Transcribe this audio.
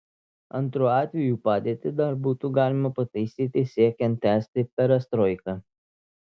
antru atveju padėtį dar būtų galima pataisyti siekiant tęsti perestroiką